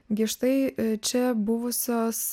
gi štai čia buvusios